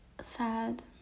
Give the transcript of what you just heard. sad